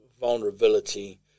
vulnerability